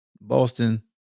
Boston